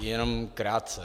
Jenom krátce.